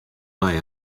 mei